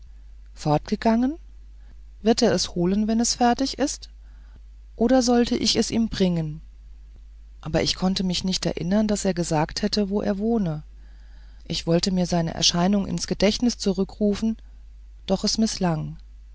fortgegangen wird er es holen wenn es fertig ist oder sollte ich es ihm bringen aber ich konnte mich nicht erinnern daß er gesagt hätte wo er wohne ich wollte mir seine erscheinung ins gedächtnis zurückrufen doch es mißlang